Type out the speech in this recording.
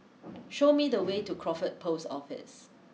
show me the way to Crawford post Office